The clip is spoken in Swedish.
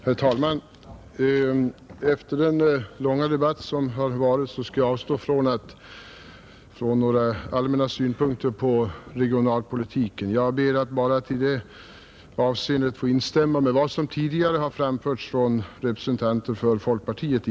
Herr talman! Efter den långa debatt som här förts skall jag avstå från att anlägga några allmänna synpunkter på regionalpolitiken. Jag vill i det avseendet bara instämma i vad som tidigare har anförts i debatten av representanter för folkpartiet.